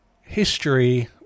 history